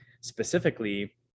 specifically